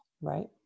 right